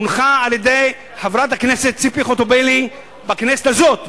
הונחה על-ידי חברת הכנסת ציפי חוטובלי בכנסת הזאת.